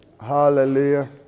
Hallelujah